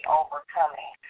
overcoming